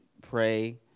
pray